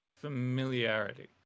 Familiarity